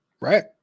Right